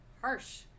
harsh